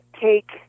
take